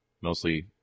mostly